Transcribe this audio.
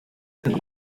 can